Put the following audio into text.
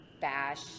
bash